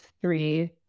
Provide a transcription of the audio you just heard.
three